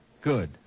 Good